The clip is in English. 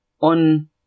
On